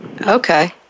Okay